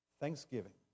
Thanksgiving